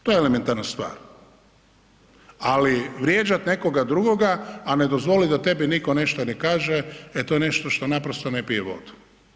To je elementarna stvar ali vrijeđat nekoga drugoga a ne dozvolit da tebi niko ništa ne kaže, e to je nešto što naprosto ne pije vodu.